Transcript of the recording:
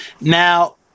Now